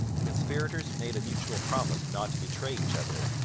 the conspirators made a mutual promise not to betray each other,